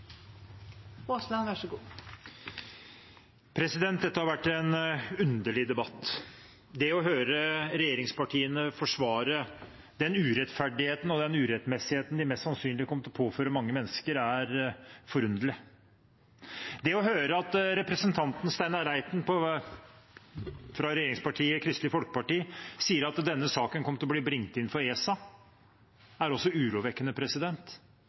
Dette har vært en underlig debatt. Det å høre regjeringspartiene forsvare den urettferdigheten og den urettmessigheten de mest sannsynlig kommer til å påføre mange mennesker, er forunderlig. Det å høre representanten Steinar Reiten fra regjeringspartiet Kristelig Folkeparti si at denne saken kommer til å bli brakt inn for ESA, er også urovekkende.